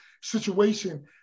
situation